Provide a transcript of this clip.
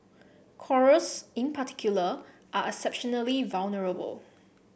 corals in particular are exceptionally vulnerable